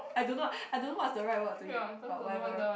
I don't know I don't know what's the right word to it but whatever